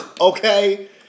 okay